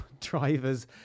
drivers